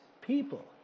people